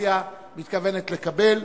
הקואליציה מתכוונת לקבל.